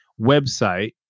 website